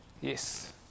Yes